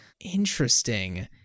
interesting